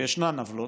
וישנם עוולות,